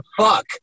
fuck